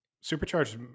Supercharged